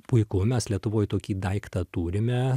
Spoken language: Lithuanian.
puiku mes lietuvoj tokį daiktą turime